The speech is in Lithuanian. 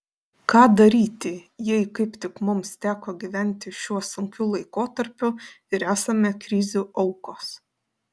ką daryti jei kaip tik mums teko gyventi šiuo sunkiu laikotarpiu ir esame krizių aukos